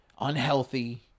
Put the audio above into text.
unhealthy